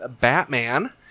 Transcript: batman